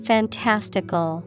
Fantastical